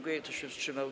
Kto się wstrzymał?